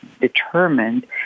determined